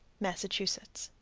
massachusetts.